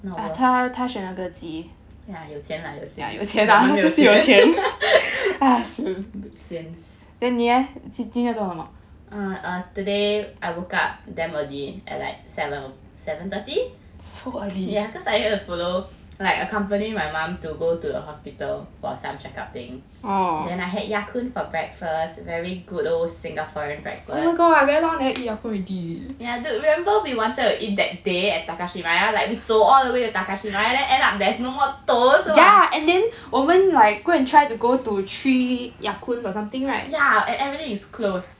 not worth ya 有钱啦我们没有钱 sian err um today I woke up damn early at like seven seven thirty ya cause I have to follow my like accompany my mom to go to the hospital for some check up thing then I had Ya Kun for breakfast very good old singaporean breakfast ya remember we wanted to eat that day at Takashimaya we 走 all the way to Takashimaya then end up there's no more toast [what] ya and everything is closed